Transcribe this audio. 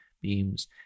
beams